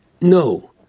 No